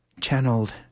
channeled